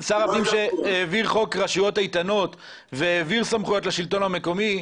שר הפנים שהעביר חוק רשות איתנות והעביר סמכויות לשלטון המקומי,